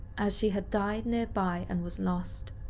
as she had died nearby and was lost.